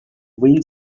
wind